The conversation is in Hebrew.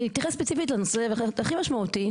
אתייחס ספציפית לנושא הכי משמעותי,